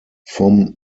vom